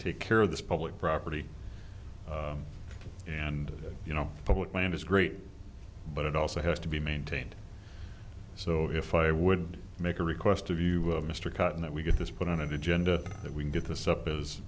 take care of this public property and you know public land is great but it also has to be maintained so if i would make a request of you mr cotton that we get this put on agenda that we can get this up is